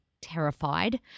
terrified